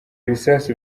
bisasu